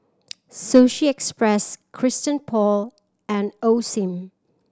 Sushi Express Christian Paul and Osim